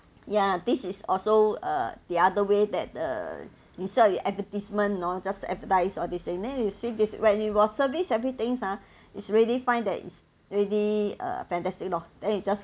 ya this is also uh the other way that uh you sell your advertisement you know just advertise all these thing and then you see this when you was service everythings ah it's ready find that is really uh fantastic lor then you just